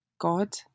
God